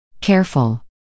careful